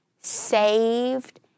saved